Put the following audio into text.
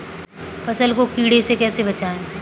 फसल को कीड़े से कैसे बचाएँ?